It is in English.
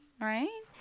Right